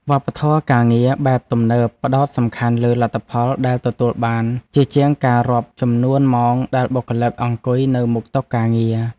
វប្បធម៌ការងារបែបទំនើបផ្ដោតសំខាន់លើលទ្ធផលដែលទទួលបានជាជាងការរាប់ចំនួនម៉ោងដែលបុគ្គលិកអង្គុយនៅមុខតុការងារ។